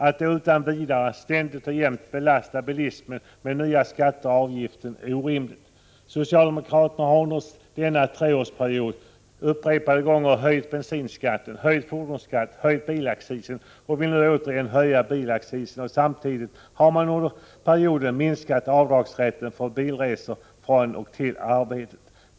Att då utan vidare, ständigt och jämnt, belasta bilismen med nya skatter och avgifter är orimligt. Socialdemokraterna har under denna treårsperiod upprepade gånger höjt bensinskatten, höjt fordonsskatten, de vill nu höja bilaccisen och samtidigt minska avdragsrätten när det gäller bilresor till och från arbetet.